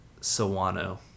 sawano